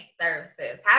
services